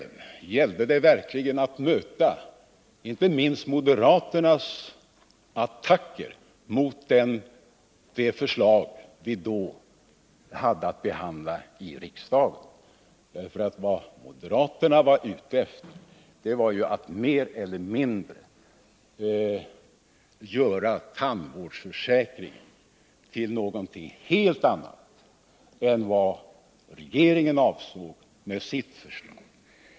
Då gällde det verkligen att möta inte minst moderaternas attacker mot den viktiga tandvårdsreformen, för vad moderaterna var ute efter var att mer eller mindre göra tandvårdsförsäkringen till någonting annat än vad regeringen avsåg med sitt förslag.